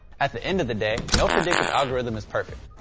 at the end of the day, no predictive algorithm is perfect.